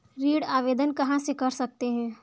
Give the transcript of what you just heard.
ऋण आवेदन कहां से कर सकते हैं?